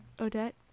Odette